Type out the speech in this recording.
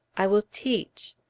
i will teach.